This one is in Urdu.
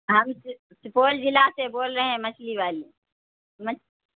ہم سپول جلع سے بول رہے ہیں مچھلی والی